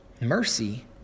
Mercy